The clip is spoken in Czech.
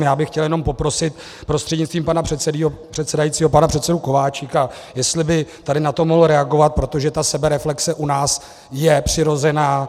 Já bych chtěl jenom poprosit prostřednictvím pana předsedajícího pana předsedu Kováčika, jestli by tady na to mohl reagovat, protože ta sebereflexe u nás je přirozená.